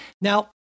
Now